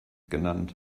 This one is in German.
genannt